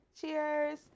Cheers